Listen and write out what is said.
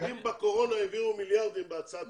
אם לקורונה העבירו מליארדים בהצעת חוק,